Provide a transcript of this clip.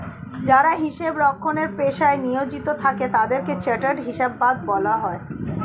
যারা হিসাব রক্ষণের পেশায় নিয়োজিত থাকে তাদের চার্টার্ড হিসাববিদ বলা হয়